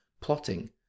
plotting